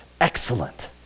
excellent